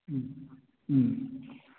ꯎꯝ ꯎꯝ